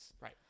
Right